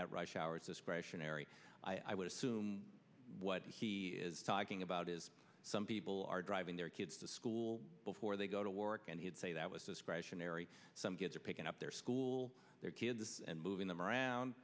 at rush hour is discretionary i would assume what he is talking about is some people are driving their kids to school before they go to work and he'd say that was discretionary some kids are picking up their school their kids and moving them around